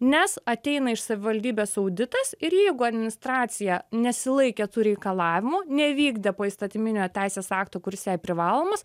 nes ateina iš savivaldybės auditas ir jeigu administracija nesilaikė tų reikalavimų nevykdė poįstatyminio teisės akto kuris jai privalomas